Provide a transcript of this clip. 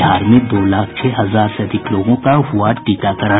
बिहार में दो लाख छह हजार से अधिक लोगों का हुआ टीकाकरण